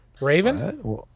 Raven